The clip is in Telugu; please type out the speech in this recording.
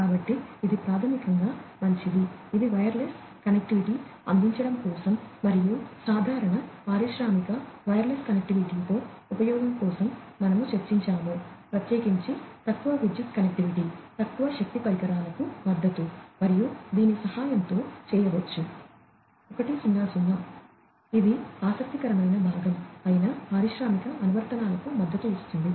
కాబట్టి ఇది ప్రాథమికంగా మంచిది ఇది వైర్లెస్ కనెక్టివిటీని అందించడం కోసం మరియు సాధారణ పారిశ్రామిక వైర్లెస్ కనెక్టివిటీతో ఉపయోగం కోసం మనము చర్చించాము ప్రత్యేకించి తక్కువ విద్యుత్ కనెక్టివిటీ తక్కువ శక్తి పరికరాలకు మద్దతు మరియు దీని సహాయంతో చేయవచ్చు 100 ఇది ఆసక్తికరమైన భాగం అయిన పారిశ్రామిక అనువర్తనాలకు మద్దతు ఇస్తుంది